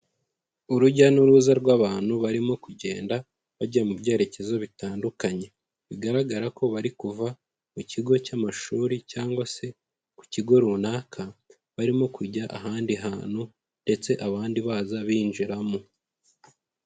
Urujya n'uruza rw'abantu barimo kugenda, bajya mu byerekezo bitandukanye, bigaragara ko bari kuva mu kigo cy'amashuri cyangwa se ku kigo runaka, barimo kujya ahandi hantu ndetse abandi baza binjiramo.